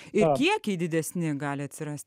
ir kiekiai didesni gali atsirasti